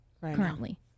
currently